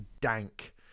dank